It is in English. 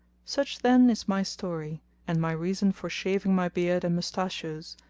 such then is my story and my reason for shaving my beard and mustachios,